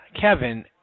Kevin